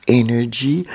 energy